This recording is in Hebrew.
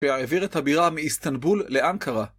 כשהעביר את הבירה מאיסטנבול לאנקרה.